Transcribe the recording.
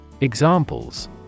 Examples